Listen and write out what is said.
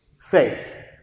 faith